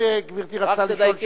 האם גברתי רצתה לשאול שאלה?